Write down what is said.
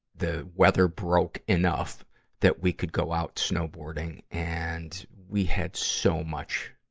the weather broke enough that we could go out snowboarding. and we had so much,